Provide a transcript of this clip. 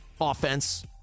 offense